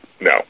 No